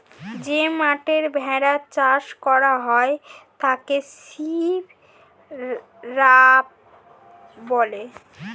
যে মাঠে ভেড়া চাষ করা হয় তাকে শিপ রাঞ্চ বলে